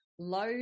Low